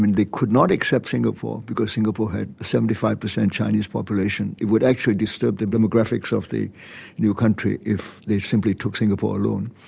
and they could not accept singapore because singapore had seventy five percent chinese population, it would actually disturb the demographics of the new country if they simply took singapore along.